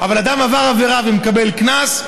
אבל אדם עבר עבירה ומקבל קנס,